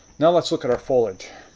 now, let's look at our foliage.